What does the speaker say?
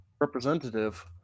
representative